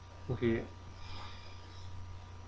okay